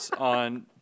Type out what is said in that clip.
on